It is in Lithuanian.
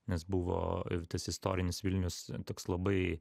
nes buvo tas istorinis vilnius toks labai